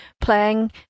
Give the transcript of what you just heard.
playing